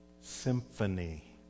symphony